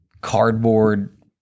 cardboard